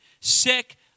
sick